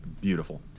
beautiful